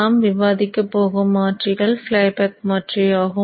நாம் விவாதிக்கப் போகும் மாற்றிகள் ஃப்ளைபேக் மாற்றி ஆகும்